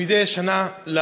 מדי שנה,